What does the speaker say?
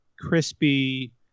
crispy